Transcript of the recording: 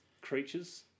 creatures